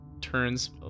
turns